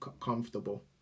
comfortable